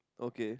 okay